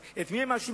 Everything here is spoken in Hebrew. אז את מי הם מאשימים?